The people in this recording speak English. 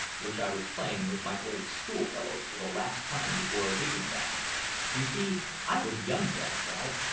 which i was playing with my old school-fellows for the last time before leaving them you see i was young then, ralph.